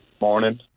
morning